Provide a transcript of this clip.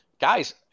guys